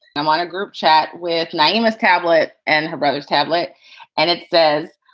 i'm on a group chat with namus tablet and her brother's tablet and it says,